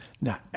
now